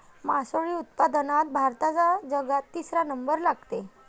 मासोळी उत्पादनात भारताचा जगात तिसरा नंबर लागते